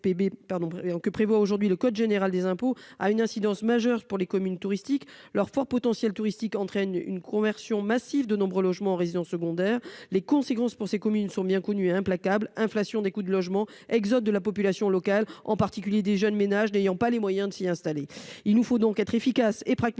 que prévoit aujourd'hui le code général des impôts a une incidence majeure pour les communes touristiques leur fort potentiel touristique entraîne une conversion massive de nombreux logements en résidence secondaire. Les conséquences pour ces communes sont bien connus et implacable inflation des coûts de logement exode de la population locale en particulier des jeunes ménages n'ayant pas les moyens de s'y installer. Il nous faut donc être efficace et pragmatique